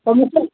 पोइ मूंखे